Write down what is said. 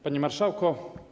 Panie Marszałku!